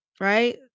Right